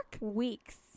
Weeks